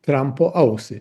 trampo ausį